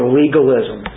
legalism